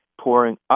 pouring